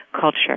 culture